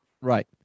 Right